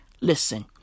listen